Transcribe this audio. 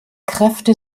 kräfte